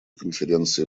конференции